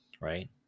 Right